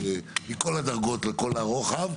מכל הדרגות לכל הרוחב.